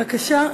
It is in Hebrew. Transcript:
בבקשה.